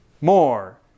more